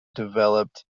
developed